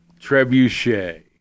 Trebuchet